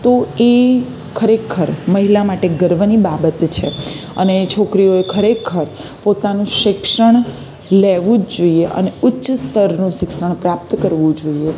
તો એ ખરેખર મહિલા માટે ગર્વની બાબત છે અને છોકરીઓએ ખરેખર પોતાનું શિક્ષણ લેવું જ જોઈએ અને ઉચ્ચસ્તરનું શિક્ષણ પ્રાપ્ત કરવું જોઈએ